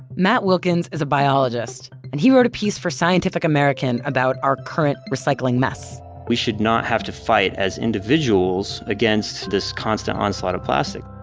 matt wilkins is a biologist, and he wrote a piece for scientific american about our current recycling mess we should not have to fight as individuals against this constant onslaught of plastic.